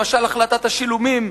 למשל החלטת השילומים,